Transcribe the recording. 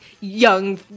young